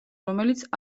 რომელიც